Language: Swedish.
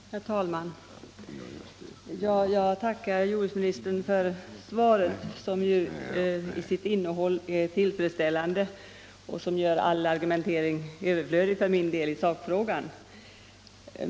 Herr talman! Jag tackar jordbruksministern för svaret, vars innehåll är tillfredsställande och gör all argumentering överflödig i sakfrågan.